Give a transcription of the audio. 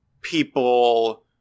people